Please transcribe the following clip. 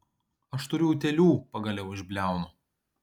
aš turiu utėlių pagaliau išbliaunu